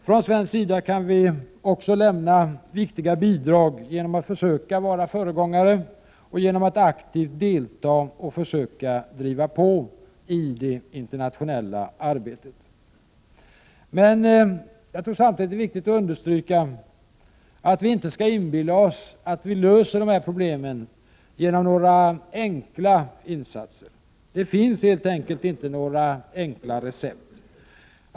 Från svensk sida kan vi också lämna viktiga bidrag genom att försöka vara föregångare och genom att aktivt delta och försöka driva på i det internationella arbetet. Men jag tror samtidigt att det är viktigt att understryka att vi inte skall inbilla oss att vi löser problemen genom några enkla insatser. Det finns helt enkelt inte några enkla recept.